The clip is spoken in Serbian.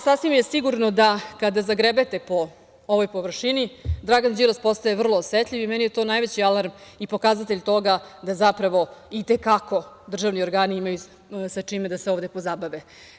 Sasvim je sigurno da kada zagrebete po ovoj površini Dragan Đilas postaje vrlo osetljiv i meni je to najveći alarm i pokazatelj toga da zapravo i te kako državni organi imaju sa čime da se ovde pozabave.